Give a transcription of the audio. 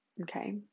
Okay